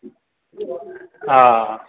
हा